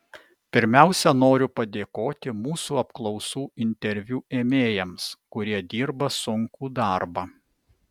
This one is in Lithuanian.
pirmiausia noriu padėkoti mūsų apklausų interviu ėmėjams kurie dirba sunkų darbą